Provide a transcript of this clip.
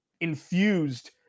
infused